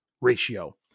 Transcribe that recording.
ratio